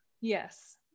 yes